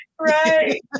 Right